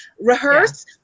rehearse